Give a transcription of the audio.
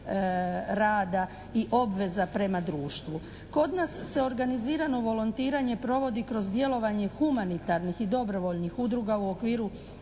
rada i obveza prema društvu. Kod nas se organizirano volontiranje provodi kroz djelovanje humanitarnih i dobrovoljnih udruga u okviru